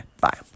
Bye